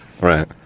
Right